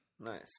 Nice